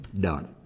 done